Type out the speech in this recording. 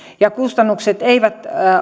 ja kustannukset eivät